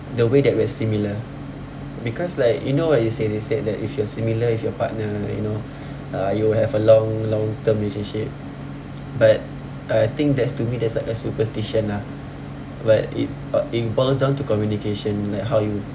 the way that we are similar because like you know what they say they said that if you are similar with your partner you know uh you will have a long long term relationship but I think that's to me that's like a superstition lah but it it boils down to communication like how you